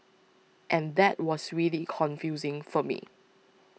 and that was really confusing for me